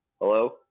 hello